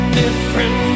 different